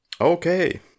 Okay